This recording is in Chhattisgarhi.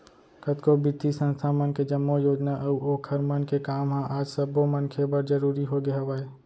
कतको बित्तीय संस्था मन के जम्मो योजना अऊ ओखर मन के काम ह आज सब्बो मनखे बर जरुरी होगे हवय